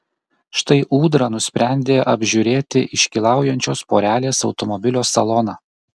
štai ūdra nusprendė apžiūrėti iškylaujančios porelės automobilio saloną